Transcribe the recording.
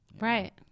Right